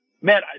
man